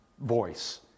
voice